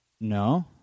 no